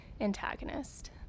antagonist